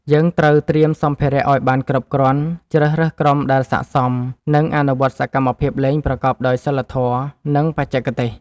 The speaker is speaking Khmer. យើងត្រូវត្រៀមសម្ភារៈឱ្យបានគ្រប់គ្រាន់ ជ្រើសរើសក្រុមដែលស័ក្តិសម និងអនុវត្តសកម្មភាពលេងប្រកបដោយសីលធម៌ និងបច្ចេកទេស។